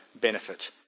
benefit